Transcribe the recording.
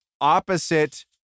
opposite